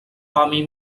army